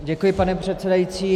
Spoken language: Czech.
Děkuji, pane předsedající.